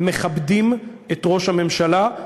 מכבדים את ראש הממשלה.